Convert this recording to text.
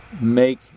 make